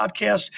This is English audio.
podcast